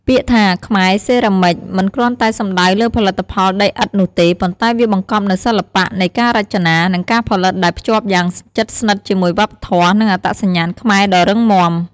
ពាក្យថា "ខ្មែរសេរ៉ាមិច" មិនគ្រាន់តែសំដៅលើផលិតផលដីឥដ្ឋនោះទេ ប៉ុន្តែវាបង្កប់នូវសិល្បៈនៃការរចនា និងការផលិតដែលភ្ជាប់យ៉ាងជិតស្និទ្ធជាមួយវប្បធម៌ និងអត្តសញ្ញាណខ្មែរដ៏រឹងមាំ។